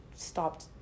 Stopped